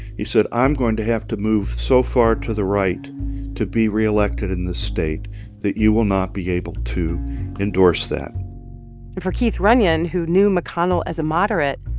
he said, i'm going to have to move so far to the right to be reelected in this state that you will not be able to endorse that and for keith runyon, who knew mcconnell as a moderate,